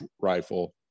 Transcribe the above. rifle